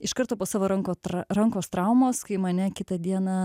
iš karto po savo ranko rankos traumos kai mane kitą dieną